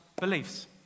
beliefs